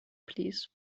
please